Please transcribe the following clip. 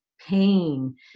pain